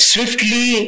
Swiftly